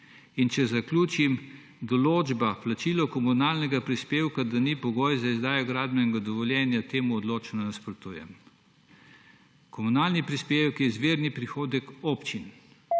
In če zaključim, določbi plačila komunalnega prispevka, da ni pogoj za izdajo gradbenega dovoljenja, odločno nasprotujemo. Komunalni prispevek je izvirni prihodek občin.